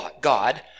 God